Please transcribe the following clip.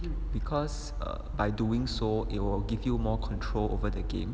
because err by doing so it'll give you more control over the game